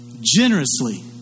generously